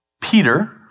Peter